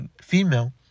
female